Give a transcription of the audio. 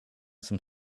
some